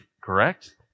correct